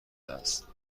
است